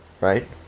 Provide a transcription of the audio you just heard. right